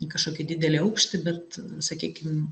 į kažkokį didelį aukštį bet sakykim